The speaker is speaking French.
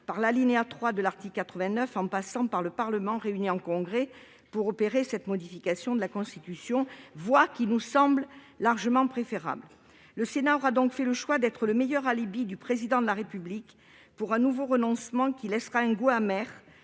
à l'alinéa 3 de l'article 89, c'est-à-dire à passer par le Parlement réuni en Congrès pour opérer cette modification de la Constitution, une voie qui nous semble largement préférable. Le Sénat aura ainsi fait le choix d'être le meilleur alibi du Président de la République pour un nouveau renoncement qui laissera un goût amer,